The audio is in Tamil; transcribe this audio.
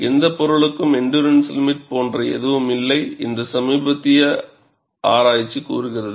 எந்தவொரு பொருளுக்கும் எண்டுறன்ஸ் லிமிட் போன்ற எதுவும் இல்லை என்று சமீபத்திய ஆராய்ச்சி கூறுகிறது